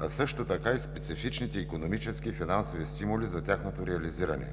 а също така и специфичните икономически и финансови стимули за тяхното реализиране.